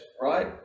right